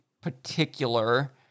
particular